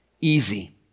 Easy